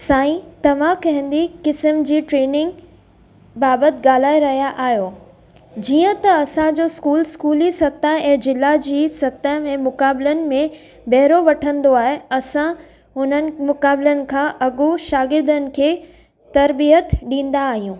साईं तव्हां कहेंदी किस्मु जी ट्रैनिंग बाबतु गाल्हाइ रहिया आहियो जीअं त असांजो स्कूल स्कूली सतह ऐं जिला जी सतअं में मुकाबिलनि में भेरो वठंदो आहे असां उन्हनि मुकाबिलनि खां अॻो शागिर्दनि खे तर्बियतु ॾींदा आहियूं